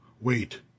Wait